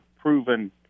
proven